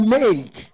make